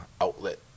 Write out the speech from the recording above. outlet